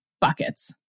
buckets